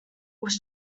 was